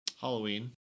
Halloween